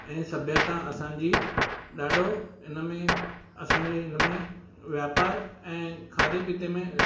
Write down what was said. ऐं सभ्यता असांजी ॾाढो इन में असांजे इन में वापारु ऐं खाधे पीते में